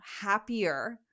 happier